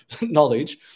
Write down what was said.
knowledge